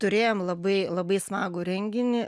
turėjom labai labai smagų renginį